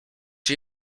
się